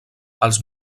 els